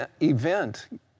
event